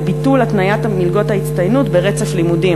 וביטול התניית מלגות ההצטיינות ברצף לימודים,